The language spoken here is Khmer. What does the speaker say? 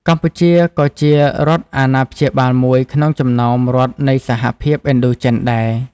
កម្ពុជាក៏ជារដ្ឋអាណាព្យាបាលមួយក្នុងចំណោមរដ្ឋនៃសហភាពឥណ្ឌូចិនដែរ។